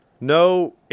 No